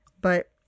but-